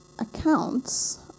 accounts